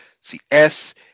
C-S